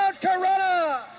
Corona